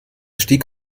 stieg